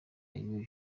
yuyu